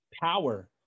power